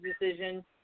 decision